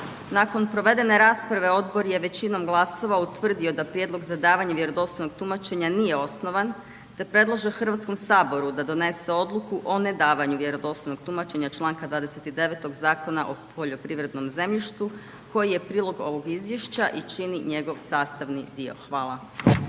Nakon provedene rasprave Odbor je većinom glasova utvrdio da prijedlog za davanje vjerodostojnog tumačenja nije osnovan te predlaže Hrvatskom saboru da donese odluku o nedavanju vjerodostojnog tumačenja članka 29. Zakona o poljoprivrednom zemljištu koji je prilog ovog izvješća i čini njegov sastavni dio. Hvala.